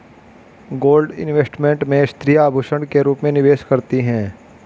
gold investment में स्त्रियां आभूषण के रूप में निवेश करती हैं